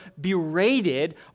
berated